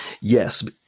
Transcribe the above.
Yes